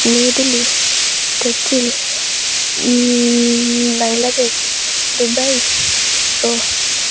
New Delhi Brazil Bangladesh Dubai Rome